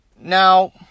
Now